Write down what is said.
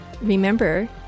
Remember